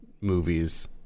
movies